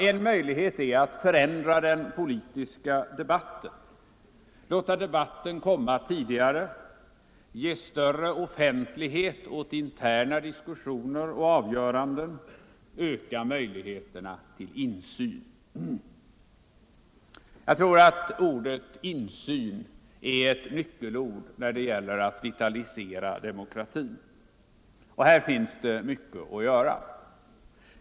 En möjlighet är att förändra den politiska debatten, låta debatten komma tidigare, ge större offentlighet åt interna diskussioner och avgöranden, öka möjligheterna till insyn. Jag tror att ordet insyn är ett nyckelord när det gäller att vitalisera demokratin. Här finns mycket att göra.